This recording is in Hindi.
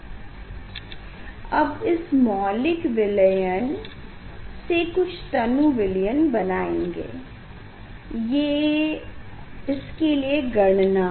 देखें स्लाइड समय 2806 अब इस मौलिक विलयन से कुछ तनु विलयन बनाएँगे ये इसके लिए गणना है